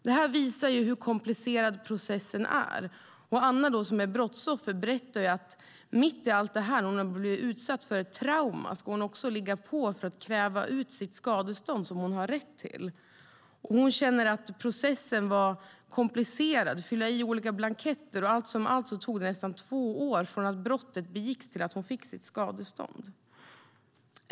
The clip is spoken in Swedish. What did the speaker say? Detta visar hur komplicerad processen är. Anna, som är brottsoffer, berättar att mitt i det trauma som hon har blivit utsatt för ska hon också ligga på för att kräva ut det skadestånd som hon har rätt till. Hon känner att processen med att fylla i olika blanketter var komplicerad. Allt som allt tog det nästan två år från det att brottet begicks till dess att hon fick sitt skadestånd.